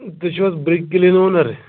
تُہۍ چھِو حظ برٛک کِلن اونَر